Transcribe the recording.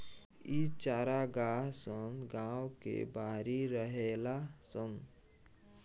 इ चारागाह सन गांव के बाहरी रहेला सन